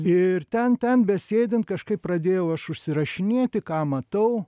ir ten ten besėdint kažkaip pradėjau aš užsirašinėti ką matau